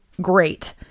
great